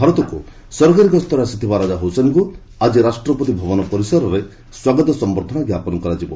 ଭାରତକୁ ସରକାରୀଗସ୍ତରେ ଆସିଥିବା ରାଜା ହୁସେନଙ୍କୁ ଆଜି ରାଷ୍ଟ୍ରପତି ଭବନ ପରିସରରେ ସ୍ୱାଗତ ସମ୍ଭର୍ଦ୍ଦନା ଜ୍ଞାପନ କରାଯିବ